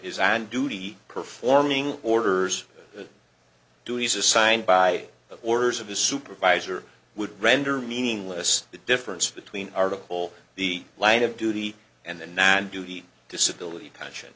is an duty performing orders duties assigned by the orders of the supervisor would render meaningless the difference between article the line of duty and the nine duty disability pension